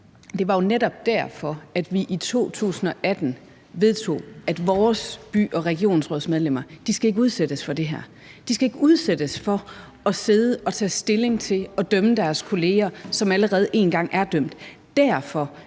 derfor – netop derfor – at vi i 2018 vedtog, at vores byråds- og regionsrådsmedlemmer ikke skal udsættes for det her. De skal ikke udsættes for at sidde og tage stilling til at dømme deres kolleger, som allerede én gang er dømt.